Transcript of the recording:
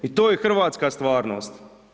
I to je hrvatska stvarnost.